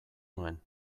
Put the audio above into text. nuen